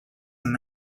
and